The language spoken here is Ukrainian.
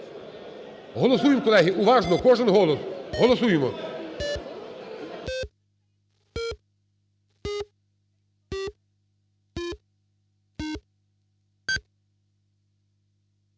Голосуємо, колеги. Уважно! Кожен голос. Голосуємо.